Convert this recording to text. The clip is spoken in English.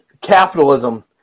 capitalism